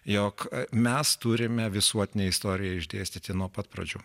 jog mes turime visuotinę istoriją išdėstyti nuo pat pradžių